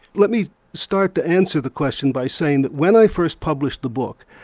let me start to answer the question by saying that when i first published the book,